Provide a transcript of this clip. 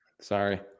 Sorry